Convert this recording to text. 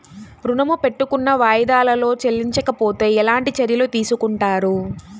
ఋణము పెట్టుకున్న వాయిదాలలో చెల్లించకపోతే ఎలాంటి చర్యలు తీసుకుంటారు?